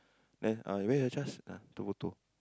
there ah where your C_H_A_S ah tunjuk photo